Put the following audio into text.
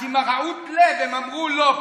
אז עם רוע הלב הם אמרו לא.